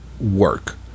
work